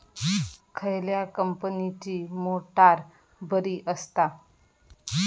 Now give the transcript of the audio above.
खयल्या कंपनीची मोटार बरी असता?